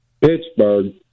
Pittsburgh